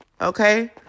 Okay